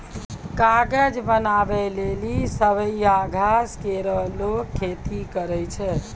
कागज बनावै लेलि सवैया घास केरो लोगें खेती करै छै